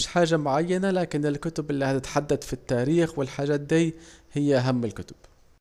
مفيش حاجة معينة لكن الكتب الي هتحدد في التاريخ والحاجات دي هي أهم الكتب